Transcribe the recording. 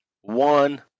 one